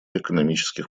экономических